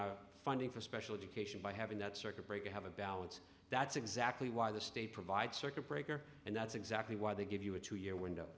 our funding for special education by having that circuit breaker have a balance that's exactly why the state provides circuit breaker and that's exactly why they give you a two year window